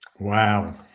wow